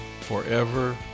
forever